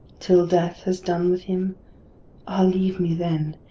till death has done with him ah, leave me then!